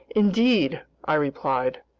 indeed, i replied,